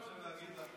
אני רוצה להגיד לך,